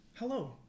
Hello